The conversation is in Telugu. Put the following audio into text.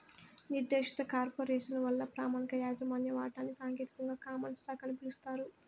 నిర్దేశిత కార్పొరేసను వల్ల ప్రామాణిక యాజమాన్య వాటాని సాంకేతికంగా కామన్ స్టాకు అని పిలుస్తారు